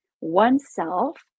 oneself